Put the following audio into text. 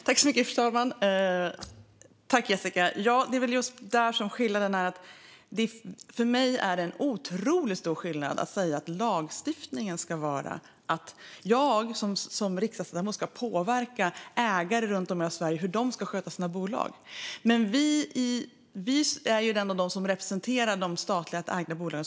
Fru talman! Det är väl just där som skillnaden finns. För mig är det stor skillnad mellan att i lagstiftningen säga en sak - alltså att vi som riksdagsledamöter ska påverka hur ägare runt om i hela Sverige ska sköta sina bolag - och hur vi agerar som ägare i statliga bolag.